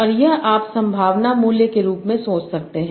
और यह आप संभावना मूल्य के रूप में सोच सकते हैं